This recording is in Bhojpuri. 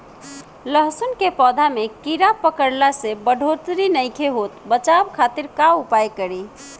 लहसुन के पौधा में कीड़ा पकड़ला से बढ़ोतरी नईखे होत बचाव खातिर का उपाय करी?